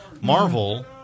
Marvel